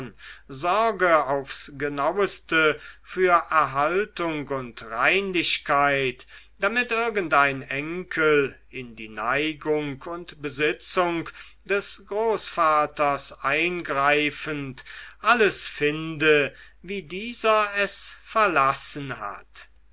sorge aufs genaueste für erhaltung und reinlichkeit damit irgendein enkel in die neigung und besitzung des großvaters eingreifend alles finde wie dieser es verlassen hat